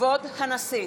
כבוד הנשיא!